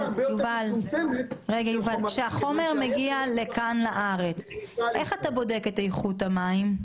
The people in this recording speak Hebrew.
בודק את איכות המים?